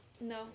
no